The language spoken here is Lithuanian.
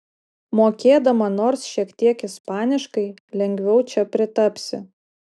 mokėdama nors šiek tiek ispaniškai lengviau čia pritapsi